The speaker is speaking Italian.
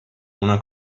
una